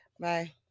Bye